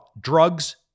drugs